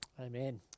Amen